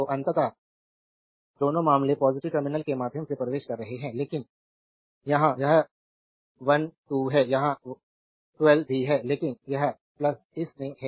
तो अंततः दोनों मामले पॉजिटिव टर्मिनल के माध्यम से प्रवेश कर रहे हैं लेकिन यहां यह 1 2 है यहां 1 2 भी है लेकिन यह इस में है